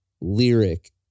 lyric